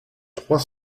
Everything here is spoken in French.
trois